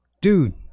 dude